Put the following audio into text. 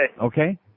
Okay